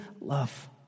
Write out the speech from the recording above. love